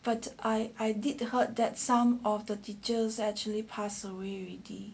but I I did the hear that some of the teachers actually pass away already